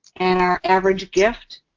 and our average gift,